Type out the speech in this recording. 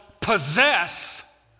possess